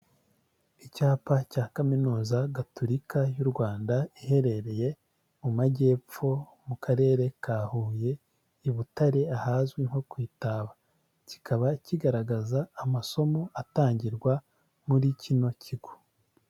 Icyapa cya kaminuza Gatulika y'u Rwanda iherereye mu Majyepfo mu karere ka Huye i Butare, ahazwi nko ku Itaba, kikaba kigaragaza amasomo atangirwa muri kino kigo.